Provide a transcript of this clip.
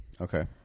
Okay